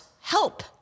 help